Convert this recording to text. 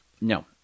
No